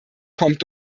kommt